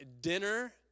dinner